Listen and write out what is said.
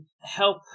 help